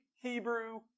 Hebrew